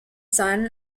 son